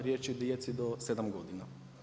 Riječ je o djeci do 7 godina.